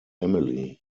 emily